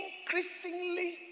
increasingly